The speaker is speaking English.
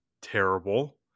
terrible